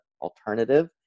alternative